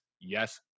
yes